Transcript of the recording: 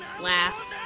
laugh